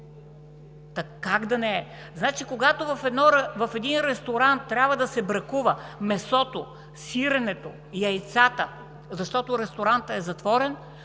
Как да не е? Когато в един ресторант трябва да се бракува месото, сиренето, яйцата, защото ресторантът е затворен,